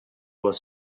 was